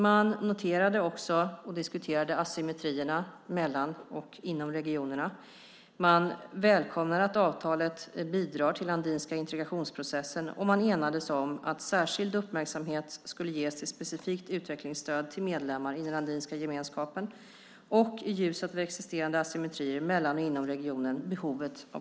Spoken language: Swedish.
Man noterade och diskuterade också asymmetrierna mellan och inom regionerna. Man välkomnar att avtalet bidrar till den andinska integrationsprocessen, och man enades om att särskild uppmärksamhet skulle ges till ett specifikt utvecklingsstöd till medlemmar i Andinska gemenskapen och till behovet av flexibilitet i ljuset av existerande asymmetrier mellan och inom regionerna.